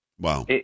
Wow